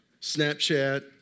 Snapchat